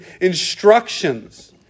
instructions